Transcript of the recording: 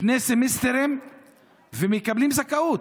שני סמסטרים, ומקבלים זכאות.